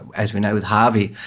as we know with harvey,